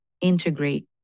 Integrate